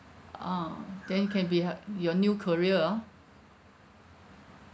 a'ah then it can be ha your new career oh